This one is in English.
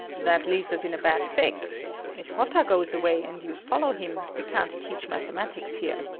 that leaves us in a bad fix. if hotta goes away and you follow him, we can't teach mathematics here.